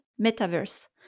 metaverse